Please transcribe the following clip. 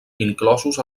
inclosos